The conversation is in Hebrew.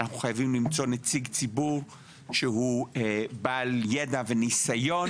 אנחנו חייבים למצוא נציג ציבור שהוא בעל ידע וניסיון,